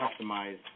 customized